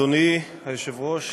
אדוני היושב-ראש,